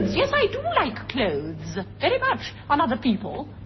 yes, i do like clothes very much, on other people.